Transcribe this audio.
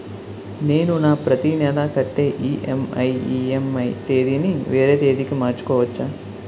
నేను నా ప్రతి నెల కట్టే ఈ.ఎం.ఐ ఈ.ఎం.ఐ తేదీ ని వేరే తేదీ కి మార్చుకోవచ్చా?